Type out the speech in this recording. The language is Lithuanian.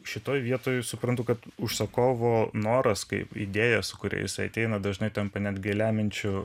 šitoje vietoj suprantu kad užsakovo noras kaip idėjos su kuria jisai ateina dažnai tampa netgi lemiančiu